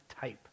type